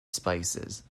spices